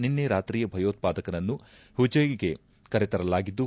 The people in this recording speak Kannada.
ನಿನ್ನೆ ರಾತ್ರಿ ಭಯೋತ್ಪಾದಕನನ್ನು ಹೊಜ್ಜೆಗೆ ಕರೆತರಲಾಗಿದ್ದು